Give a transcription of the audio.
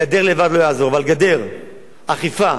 גדר לבד לא תעזור, אבל גדר, אכיפה,